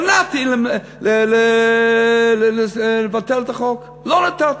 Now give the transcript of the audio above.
מנעתי את ביטול החוק, לא נתתי.